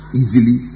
easily